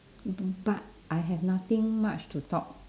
b~ but I have nothing much to talk